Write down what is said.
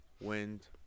Wind